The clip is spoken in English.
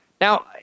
Now